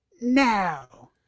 now